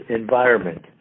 environment